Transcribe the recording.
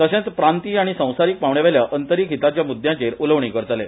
तशेंच प्रांतीय आनी संवसारीक पांवड्या वयल्या अंतरीक हिताच्या मुद्याचेर उलोवणीं करतले